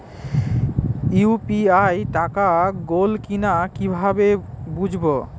UPI টাকা গোল কিনা কিভাবে বুঝব?